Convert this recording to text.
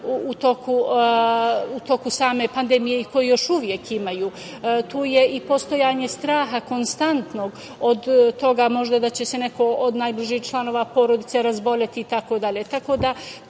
u toku same pandemije i koji još uvek imaju? Tu je i postojanje straha konstantnog od toga da će se možda neko od najbližih članova porodice razboleti itd.